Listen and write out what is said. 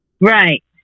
Right